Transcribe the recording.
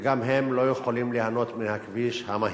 גם הם לא יכולים ליהנות מהכביש המהיר.